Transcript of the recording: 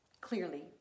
Clearly